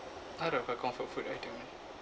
I don't have comfort food either